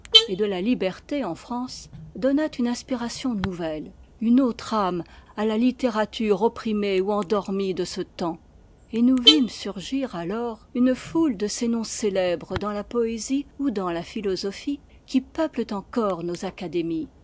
et de la liberté en france donnât une inspiration nouvelle une autre ame à la littérature opprimée ou endormie de ce temps et nous vîmes surgir alors une foule de ces noms célèbres dans la poésie ou dans la philosophie qui peuplent encore nos académies